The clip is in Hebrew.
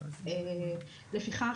לפיכך,